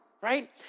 right